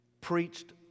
preached